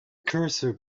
cursor